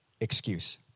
excuse